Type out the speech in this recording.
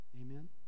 Amen